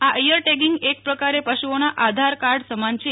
આ ear tagging એક પ્રકારે પશુઓનાં આધાર કાર્ડ સમાન છે